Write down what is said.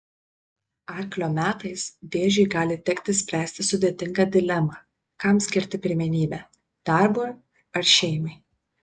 arklio metais vėžiui gali tekti spręsti sudėtingą dilemą kam skirti pirmenybę darbui ar šeimai